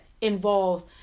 involves